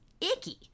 icky